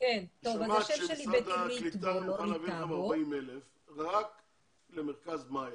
שמעת שמשרד הקליטה מוכן להעביר לכם 40,000 רק למרכז 'מאיה',